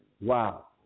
wow